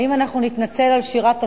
האם אנחנו נתנצל על שירת "התקווה"